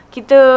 Kita